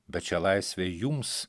bet šią laisvę jums